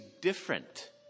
different